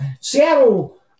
Seattle